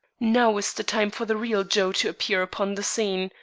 now is the time for the real joe to appear upon the scene,